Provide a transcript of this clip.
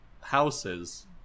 houses